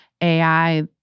AI